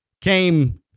came